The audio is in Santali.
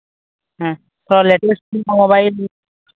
ᱦᱮᱸ ᱛᱳ ᱞᱮᱴᱮᱥᱴ ᱪᱮᱫ ᱞᱮᱠᱟ ᱢᱳᱵᱟᱭᱤᱞ